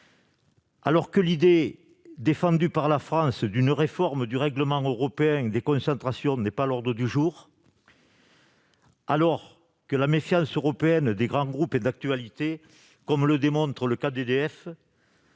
Alors que l'idée défendue par la France d'une réforme du règlement européen sur les concentrations n'est pas à l'ordre du jour, et alors que la méfiance européenne envers les grands groupes est bien d'actualité comme le démontre le cas d'EDF,